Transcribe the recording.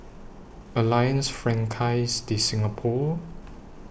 Alliance Francaise De Singapour